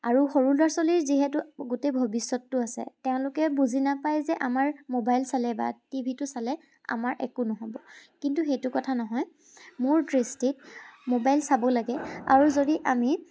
আৰু সৰু ল'ৰা ছোৱালীৰ যিহেতু গোটেই ভৱিষ্যতটো আছে তেওঁলোকে বুজি নাপায় যে আমাৰ মোবাইল চালে বা টিভিটো চালে আমাৰ একো নহ'ব কিন্তু সেইটো কথা নহয় মোৰ দৃষ্টিত মোবাইল চাব লাগে আৰু যদি আমি